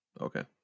Okay